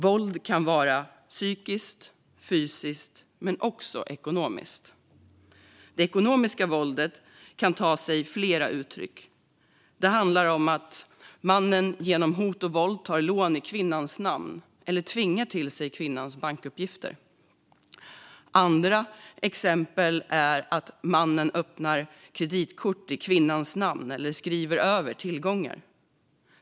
Våldet kan vara psykiskt och fysiskt men också ekonomiskt. Det ekonomiska våldet kan ta sig flera uttryck. Det handlar om att mannen genom hot och våld tar lån i kvinnans namn eller tvingar till sig kvinnans bankuppgifter. Andra exempel är att mannen öppnar kreditkort i kvinnans namn eller skriver över tillgångar.